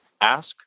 Ask